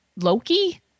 Loki